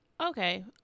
Okay